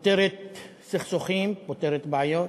פותרת סכסוכים, פותרת בעיות,